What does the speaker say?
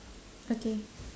okay